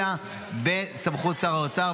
אלא בסמכות שר האוצר,